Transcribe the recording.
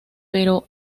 pero